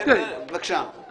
בבקשה.